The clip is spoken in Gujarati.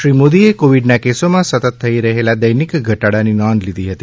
શ્રી મોદીએ કોવિડના કેસોમાં સતત થઇ રહેલા દૈનિક ઘટાડાની નોંધ લીધી હતી